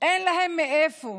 אין להן מאיפה.